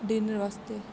dinner आस्तै